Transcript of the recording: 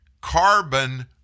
carbon